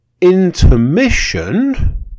intermission